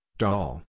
doll